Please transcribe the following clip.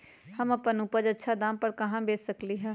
हम अपन उपज अच्छा दाम पर कहाँ बेच सकीले ह?